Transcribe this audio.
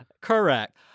correct